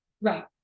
Right